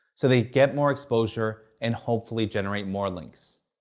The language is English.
so they'd get more exposure and hopefully generate more links.